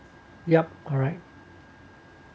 yup alright